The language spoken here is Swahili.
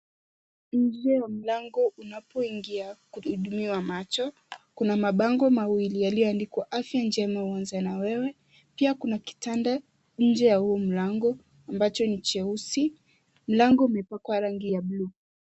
Nje ya mlango unapoingia kuhudumiwa macho kuna mabango mawili yaliyo andikwa afya njema huanza na wewe. Pia kuna kitanda nje ya huu mlango ambacho ni cheusi, mlango umepakwa rangi ya bluu.